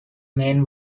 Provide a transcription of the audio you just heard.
main